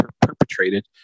perpetrated